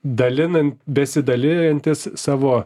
dalinant besidalijantis savo